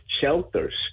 shelters